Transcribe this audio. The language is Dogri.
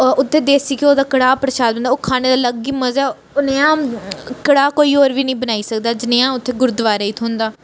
उत्थें देसी घ्यौ दा कड़ाह् प्रसाद होंदा ओह् खाने दा अलग ही मज़ा ऐ ओह् नेहा कड़ाह् कोई होर बी नेईं बनाई सकदा जनेहा उत्थे गुरूद्वारे थ्होंदा